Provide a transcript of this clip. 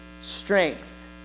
strength